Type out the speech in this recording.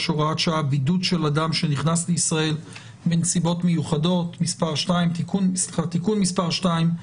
(הוראת שעה) (בידוד שלש אדם שנכנס לישראל בנסיבות מיוחדות) (תיקון מס' 2),